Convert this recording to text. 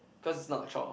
cause is not chore